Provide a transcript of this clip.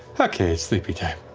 okay, sleepy time.